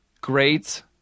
Great